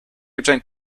obtained